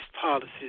policies